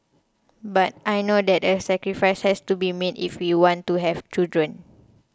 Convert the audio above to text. but I know that a sacrifice has to be made if we want to have children